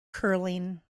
curling